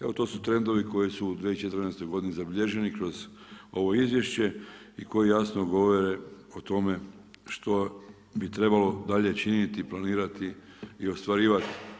Evo to su trendovi koji su u 2014. godini zabilježeni kroz ovo izvješće i koji jasno govore o tome što bi trebalo dalje činiti i planirati i ostvarivat.